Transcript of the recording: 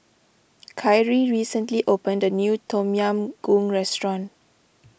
Kyree recently opened a new Tom Yam Goong restaurant